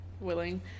willing